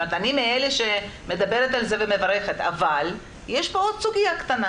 אני מאלה שמדברת על זה ומברכת אבל יש פה עוד סוגיה קטנה